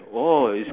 orh it is